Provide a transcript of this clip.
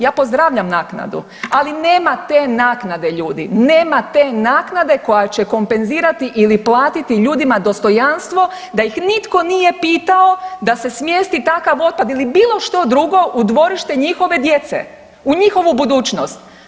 Ja pozdravljam naknadu, ali nema te naknade ljudi, nema te naknade koja će kompenzirati ili platiti ljudima dostojanstvo da ih nitko nije pitao da se smjesti takav otpad ili bilo što drugo u dvorište njihove djece, u njihovu budućnost.